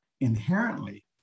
inherently